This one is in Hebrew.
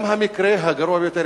גם המקרה הגרוע ביותר,